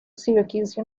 syracuse